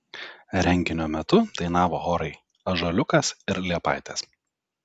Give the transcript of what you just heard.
renginio metu dainavo chorai ąžuoliukas ir liepaitės